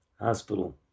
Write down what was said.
hospital